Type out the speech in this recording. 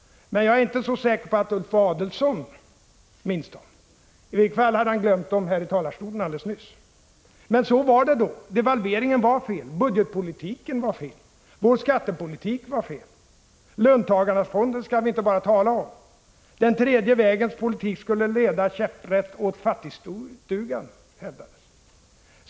Men jag är inte så säker på att Ulf Adelsohn minns dem. I varje fall hade han glömt dem här i talarstolen alldeles nyss. Men de åsikterna hade ni då. Devalveringen var felaktig. Budgetpolitiken var felaktig, vår skattepolitik var felaktig. Löntagarfonderna skall vi bara inte tala om! Den tredje vägens politik skulle leda käpprätt till fattigstugan, hävdades det.